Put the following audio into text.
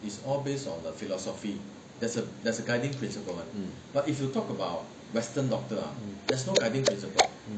mm